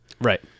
Right